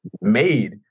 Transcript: made